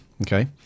okay